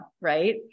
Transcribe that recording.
Right